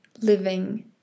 living